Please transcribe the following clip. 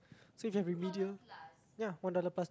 so if you get remedial ya one dollar plus